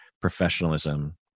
professionalism